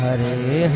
Hare